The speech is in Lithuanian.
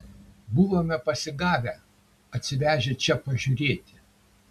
buvome pasigavę atsivežę čia pažiūrėti